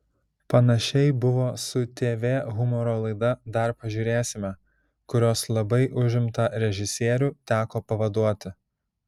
panašiai buvo su tv humoro laida dar pažiūrėsime kurios labai užimtą režisierių teko pavaduoti